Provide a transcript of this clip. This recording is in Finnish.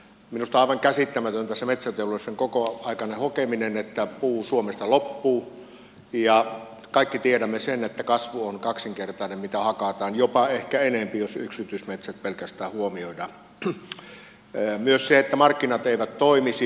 minusta on aivan käsittämätöntä se metsäteollisuuden kokoaikainen hokeminen että puu suomesta loppuu kaikki tiedämme sen että kasvu on kaksinkertainen mitä hakataan jopa ehkä enempi jos yksityismetsät pelkästään huomioidaan ja myös se että markkinat eivät toimisi